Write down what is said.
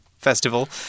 Festival